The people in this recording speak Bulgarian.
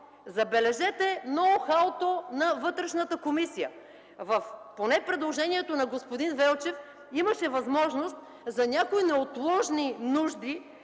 Забележете ноу-хауто на Вътрешната комисия! Поне в предложението на господин Велчев имаше възможност за някои неотложни нужди